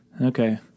Okay